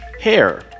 hair